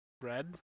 Red